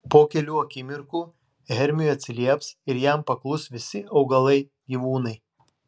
po kelių akimirkų hermiui atsilieps ir jam paklus visi augalai gyvūnai